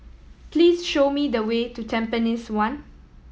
please show me the way to Tampines One